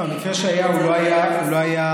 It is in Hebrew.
המקרה שהיה הוא לא היה מובהק.